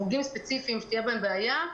חוגים ספציפיים שתהיה בהם בעיה,